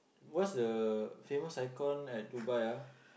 what's the famous icon at Dubai ah